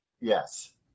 Yes